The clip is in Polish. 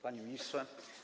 Panie Ministrze!